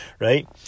right